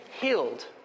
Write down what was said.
healed